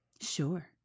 Sure